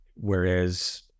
whereas